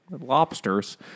lobsters